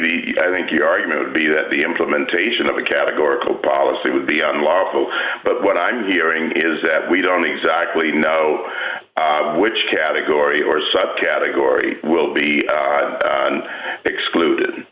the i think your argument would be that the implementation of a categorical policy would be unlawful but what i'm hearing is that we don't exactly know which category or subcategory will be excluded